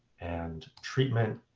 and treatment.